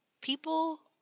people